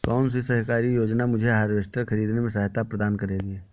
कौन सी सरकारी योजना मुझे हार्वेस्टर ख़रीदने में सहायता प्रदान करेगी?